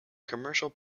commercial